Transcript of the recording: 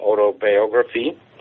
autobiography